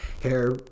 hair